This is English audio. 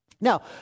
Now